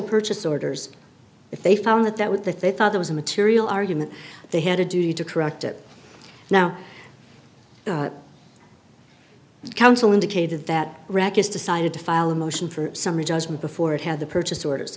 purchase orders if they found that that was that they thought it was a material argument they had a duty to correct it now counsel indicated that rakesh decided to file a motion for summary judgment before it had the purchase orders